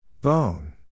Bone